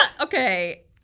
Okay